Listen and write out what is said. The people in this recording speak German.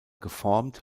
geformt